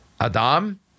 Adam